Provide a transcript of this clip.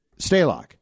Stalock